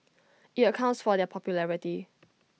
IT accounts for their popularity